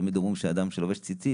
תמיד אומרים שאדם שלובש ציצית